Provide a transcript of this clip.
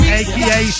aka